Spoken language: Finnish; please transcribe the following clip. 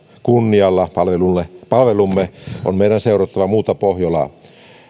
kunnialla palvelumme palvelumme on meidän seurattava muuta pohjolaa